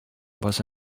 was